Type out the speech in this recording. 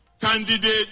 candidate